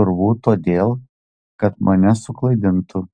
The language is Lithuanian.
turbūt todėl kad mane suklaidintų